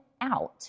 out